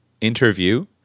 interview